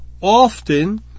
often